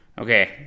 okay